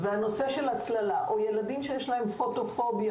כנ"ל לגבי